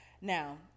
Now